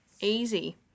Easy